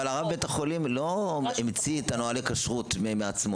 אבל רב בית החולים לא המציא את נהלי הכשרות מעצמו.